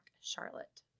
Charlotte